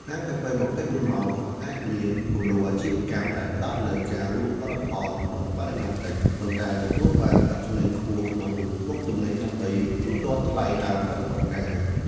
ហាងកាហ្វេ ២៤ ម៉ោងក៏អាចមាន គំរូអាជីវកម្ម ដែលផ្តោតលើការលក់ផលិតផលក្នុងបរិមាណតិច ប៉ុន្តែទទួលបានប្រាក់ចំណេញខ្ពស់ក្នុងមួយមុខទំនិញ ដើម្បីទូទាត់ថ្លៃដើមប្រតិបត្តិការ។